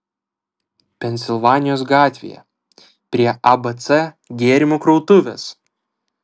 pensilvanijos gatvėje prie abc gėrimų krautuvės